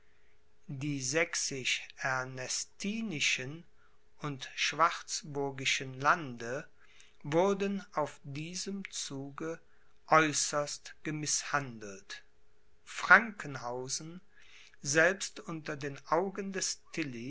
die sächsisch ernestinischen und schwarzburgischen lande wurden auf diesem zuge äußerst gemißhandelt frankenhausen selbst unter den augen des